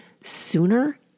sooner